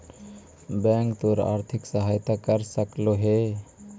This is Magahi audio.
बैंक तोर आर्थिक सहायता कर सकलो हे